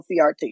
CRT